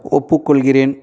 ஒப்புக்கொள்கிறேன்